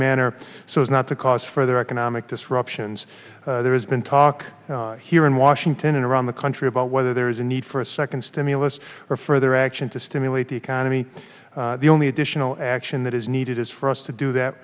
manner so as not to cause further economic disruptions there has been talk here in washington and around the country about whether there is a need for a second stimulus or further action to stimulate the economy the only additional action that is needed is for us to do that